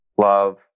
Love